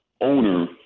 owner